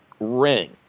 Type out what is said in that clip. ring